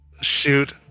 Shoot